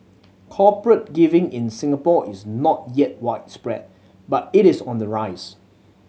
corporate giving in Singapore is not yet widespread but it is on the rise